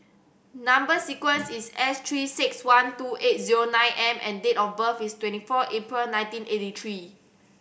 number sequence is S Three Six One two eight zero nine M and date of birth is twenty four April nineteen eighty three